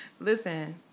Listen